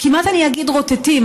כמעט אני אגיד הרוטטים.